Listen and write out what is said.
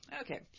Okay